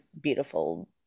beautiful